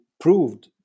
proved